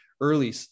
early